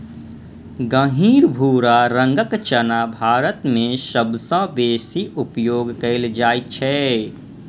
गहींर भूरा रंगक चना भारत मे सबसं बेसी उपयोग कैल जाइ छै